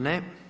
Ne.